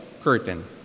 curtain